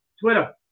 Twitter